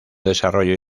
desarrollo